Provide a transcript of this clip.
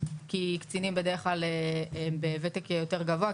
כי קצינים בדרך כלל בוותק יותר גבוה,